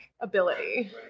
ability